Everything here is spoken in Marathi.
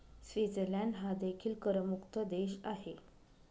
स्वित्झर्लंड हा देखील करमुक्त देश आहे